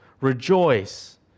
rejoice